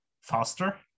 faster